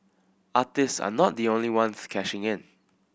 artist are not the only ones cashing in